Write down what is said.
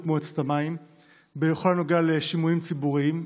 מועצת המים בכל הנוגע לשימועים ציבוריים.